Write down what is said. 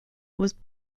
was